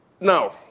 Now